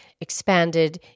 expanded